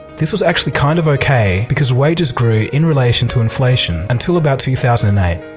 this was actually kind of ok because wages grew in relation to inflation until about two thousand and eight.